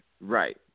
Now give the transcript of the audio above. Right